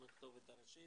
הם הכתובת הראשית,